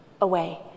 away